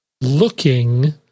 looking